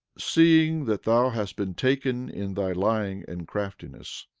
seeing that thou hast been taken in thy lying and craftiness,